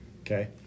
Okay